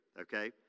okay